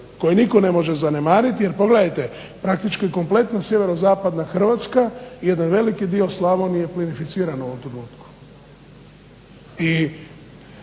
koje nitko ne može zanemariti jer pogledajte praktički kompletna sjeverozapadna Hrvatska i jedan veliki dio Slavonije je plinificiran u ovom trenutku.